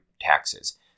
taxes